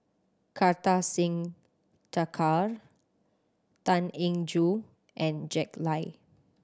Kartar Singh Thakral Tan Eng Joo and Jack Lai